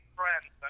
friends